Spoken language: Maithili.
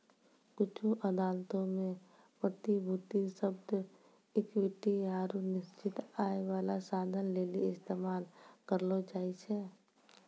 कुछु अदालतो मे प्रतिभूति शब्द इक्विटी आरु निश्चित आय बाला साधन लेली इस्तेमाल करलो जाय छै